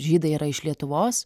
žydai yra iš lietuvos